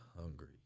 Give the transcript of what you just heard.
hungry